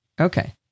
Okay